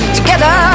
together